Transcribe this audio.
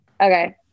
Okay